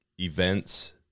events